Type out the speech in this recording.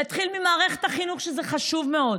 להתחיל ממערכת החינוך זה חשוב מאוד.